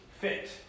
fit